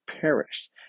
perished